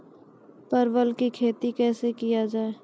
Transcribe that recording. परवल की खेती कैसे किया जाय?